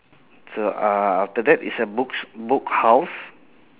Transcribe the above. so uh after that is a books book house